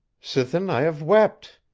sithen i have wept.